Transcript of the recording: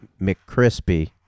McCrispy